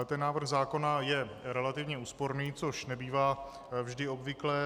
Ten návrh zákona je relativně úsporný, což nebývá vždy obvyklé.